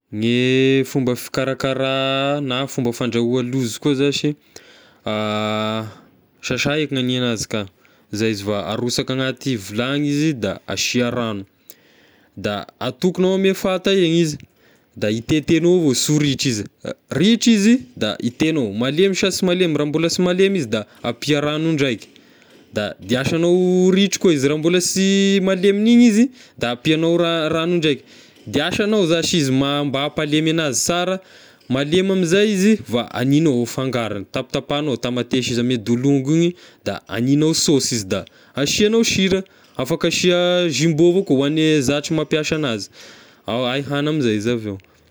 Ny fomba fikarakara na fomba fandrahoa lozy koa zashy sasa eka nania anazy ka, zay izy vao arosaka anaty vilany izy da asia ragno, da atokognao ame fata igny izy, da hitetegnao evao sy ho ritra izy, ritra izy da hitegnao malemy sa sy malemy raha mbola sy malemy izy da ampia ragno ndraika da diasagnao ho ritra koa izy, raha mbola sy malemin'ny igny izy da ampiagnao ra- ragno ndraika, dignasagnao zashy izy ma- mba hampalemy anazy sara, malemy amizay izy va haninao gne fangarony, tapatapahignao tamatesy izy ame dolongo igny da agnignao sôsy izy da asiagnao sira, afaka asia jumbo avao koa hoan'ny zatra mampiasa anazy, hay hagny amizay izy avy eo.